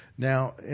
Now